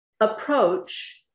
approach